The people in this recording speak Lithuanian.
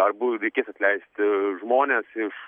ar bu reikės atleisti žmones iš